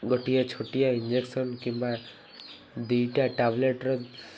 ଗୋଟିଏ ଛୋଟିଆ ଇଞ୍ଜେକ୍ସନ୍ କିମ୍ବା ଦୁଇଟା ଟାବଲେଟ୍ର